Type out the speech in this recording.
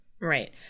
Right